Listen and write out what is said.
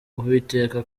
uwiteka